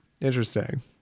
Interesting